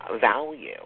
value